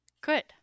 Good